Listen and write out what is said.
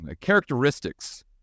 characteristics